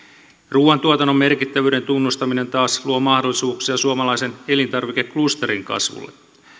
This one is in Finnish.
ruuantuotannon merkittävyyden tunnustaminen taas luo mahdollisuuksia suomalaisen elintarvikeklusterin kasvulle